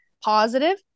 positive